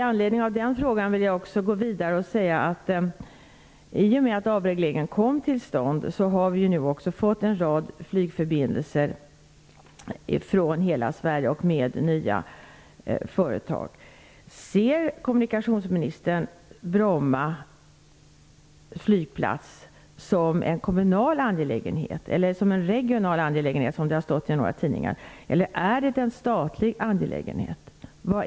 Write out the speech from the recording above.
I anledning av den frågan vill jag också gå vidare och säga att vi i och med att avregleringen kom till stånd har fått en rad flygförbindelser från hela Sverige med nya företag. Ser kommunikationsministern Bromma flygplats som en kommunal eller regional angelägenhet, som det har stått i några tidningar, eller är det en statlig angelägenhet?